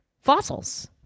fossils